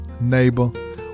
neighbor